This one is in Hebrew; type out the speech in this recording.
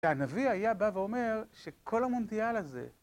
והנביא היה בא ואומר שכל המונדיאל הזה